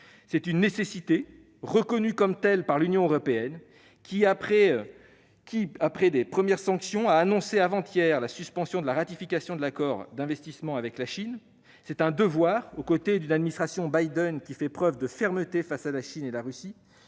mais une nécessité reconnue comme telle par l'Union européenne qui, après de premières sanctions, a annoncé avant-hier la suspension de la ratification de l'accord d'investissement avec la Chine. C'est aussi un devoir pour la France, aux côtés d'une administration Biden qui fait preuve de fermeté à l'égard de la Chine et de la Russie,